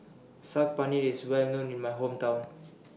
Saag Paneer IS Well known in My Hometown